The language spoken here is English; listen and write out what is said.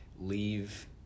leave